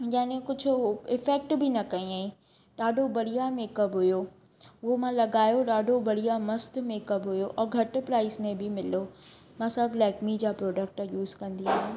याने कुझे उहो इफैक्ट बि न कयाईं ॾाढो बढ़िया मेकअब हुयो हुओ मां लॻायो ॾाढो बढ़िया मस्तु मेकअब हुयो ऐं घटि प्राइज़ में बि मिलियो मां सभु लैक्मी जा प्रोडक्ट यूज़ कंदी आहियां